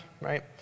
Right